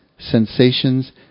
sensations